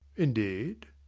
indeed?